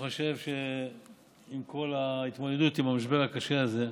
אני חושב שעם כל ההתמודדות עם המשבר הקשה הזה,